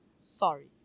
Sorry